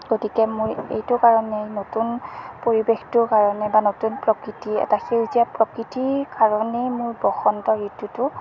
গতিকে মোৰ এইটো কাৰণেই নতুন পৰিৱেশটোৰ কাৰণে বা নতুন প্ৰকৃতি এটা সেউজীয়া প্ৰকৃতিৰ কাৰণেই মোৰ বসন্ত ঋতুটো